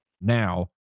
now